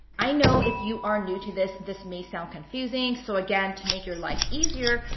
i know if you are new to this, this may sound confusing so again, to make your life easier,